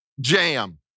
jam